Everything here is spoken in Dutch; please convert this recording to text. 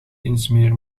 insmeren